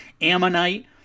Ammonite